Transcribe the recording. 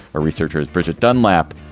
researchers bridget dunlap,